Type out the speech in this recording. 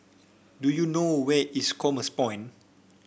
do you know where is Commerce Point